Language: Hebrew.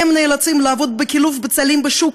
הם נאלצים לעבוד בקילוף בצלים בשוק,